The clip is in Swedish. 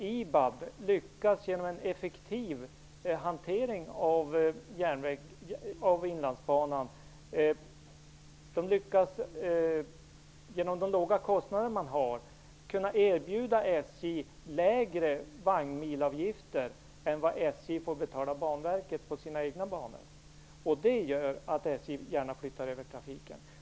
IBAB har genom en effektiv hantering av Inlandsbanan och med de låga kostnader man har kunnat erbjuda SJ lägre vagnmilavgifter än vad SJ får betala Banverket på sina egna banor. Det gör att SJ gärna flyttar över trafiken.